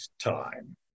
time